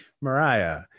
Mariah